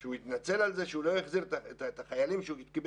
הוא התנצל על זה שהוא לא החזיר את החיילים שהוא קיבל,